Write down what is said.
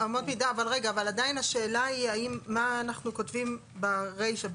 אבל עדיין השאלה היא מה אנחנו כותבים ברישה,